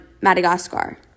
Madagascar